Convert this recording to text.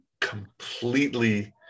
completely